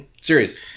Serious